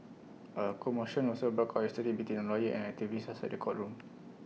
A commotion also broke out yesterday between A lawyer and an activist outside the courtroom